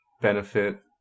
benefit